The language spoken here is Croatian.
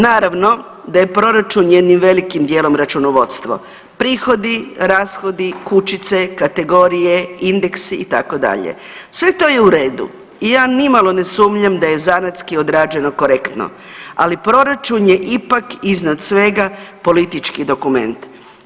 Naravno da je proračun jednim velikim dijelom računovodstvo, prihodi, rashodi, kućice, kategorije, indeksi itd., sve to je u redu. i ja nimalo ne sumnjam da je zanatski određeno korektno, ali proračun je ipak iznad svega politički dokument.